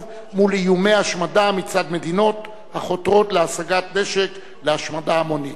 מול איומי השמדה מצד מדינות החותרות להשגת נשק להשמדה המונית.